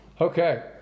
Okay